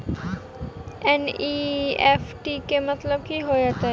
NEFT केँ मतलब की होइत अछि?